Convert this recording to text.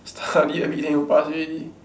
study everyday will pass already